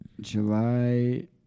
July